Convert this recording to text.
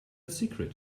secret